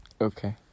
Okay